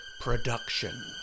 production